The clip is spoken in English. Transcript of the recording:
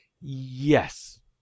Yes